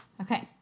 Okay